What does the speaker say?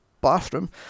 bathroom